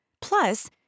Plus